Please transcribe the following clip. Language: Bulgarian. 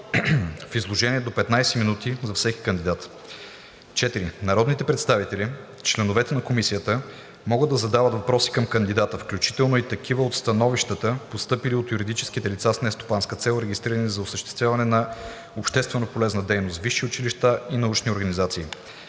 в изложение до 15 минути за всеки кандидат. 4. Народните представители, членове на Комисията, могат да задават въпроси към кандидата, включително и такива от становищата, постъпили от юридически лица с нестопанска цел, регистрирани за осъществяване на общественополезна дейност, висши училища и научни организации.